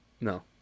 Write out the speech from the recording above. No